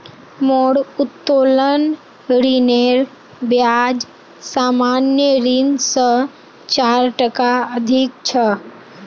मोर उत्तोलन ऋनेर ब्याज सामान्य ऋण स चार टका अधिक छ